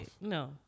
No